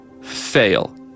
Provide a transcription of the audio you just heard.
fail